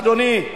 אדוני,